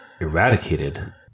eradicated